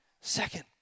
Second